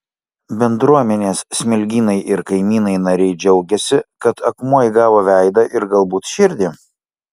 bendruomenės smilgynai ir kaimynai nariai džiaugiasi kad akmuo įgavo veidą ir galbūt širdį